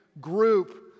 group